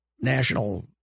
national